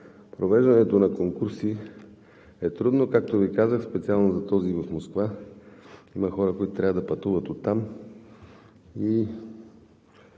провеждането на конкурси е трудно. Както Ви казах, специално за този в Москва има хора, които трябва да пътуват оттам